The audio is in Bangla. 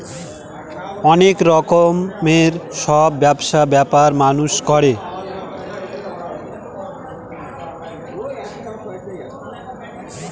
অনেক রকমের সব ব্যবসা ব্যাপার মানুষ করে